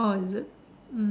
oh is it